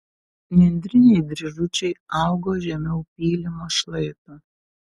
nendriniai dryžučiai augo žemiau pylimo šlaito